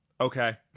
Okay